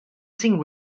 sing